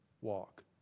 walk